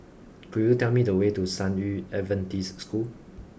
could you tell me the way to San Yu Adventist School